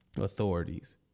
authorities